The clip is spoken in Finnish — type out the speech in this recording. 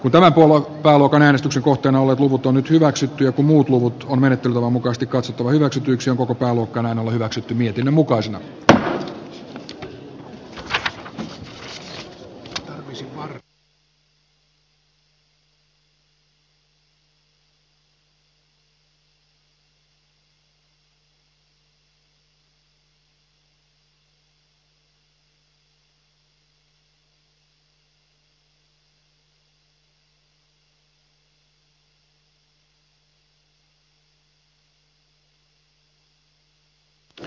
itälä huomauttaa luokan äänestyksen kohteena ole puhuttu nyt hyväksyttyä kun muut luvut kun menette luomukastikkasatu hyväksytyksi koko pääluokkaan hän on hyväksytty mietinnön mukaan arvoisa puhemies